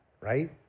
right